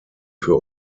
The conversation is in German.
für